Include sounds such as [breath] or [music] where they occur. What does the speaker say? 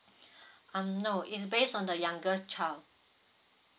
[breath] um no is based on the youngest child